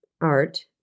Art